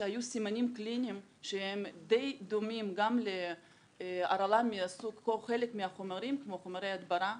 היו סימנים קליניים שהם די דומים גם להרעלה כמו חומרי הדברה,